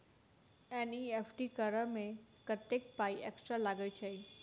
NEFT करऽ मे कत्तेक पाई एक्स्ट्रा लागई छई?